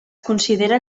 considera